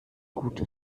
gute